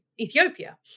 Ethiopia